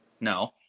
no